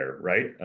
right